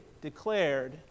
declared